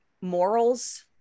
morals